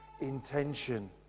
intention